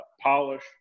polish